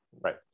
Right